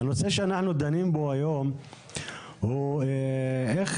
הנושא עליו אנו דנים היום הוא בשאלה איך